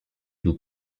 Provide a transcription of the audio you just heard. nous